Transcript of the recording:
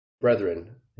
Brethren